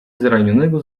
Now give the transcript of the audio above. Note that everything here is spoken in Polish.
zranionego